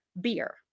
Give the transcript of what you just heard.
beer